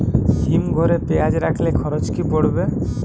হিম ঘরে পেঁয়াজ রাখলে খরচ কি পড়বে?